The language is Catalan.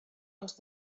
als